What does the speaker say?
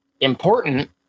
important